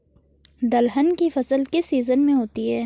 दलहन की फसल किस सीजन में होती है?